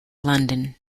london